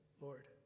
Lord